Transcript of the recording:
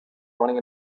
running